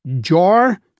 jar